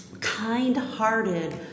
Kind-hearted